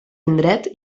indret